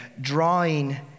drawing